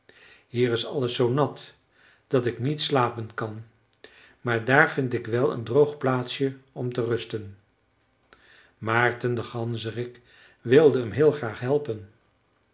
hier is alles zoo nat dat ik niet slapen kan maar daar vind ik wel een droog plaatsje om te rusten maarten de ganzerik wilde hem heel graag helpen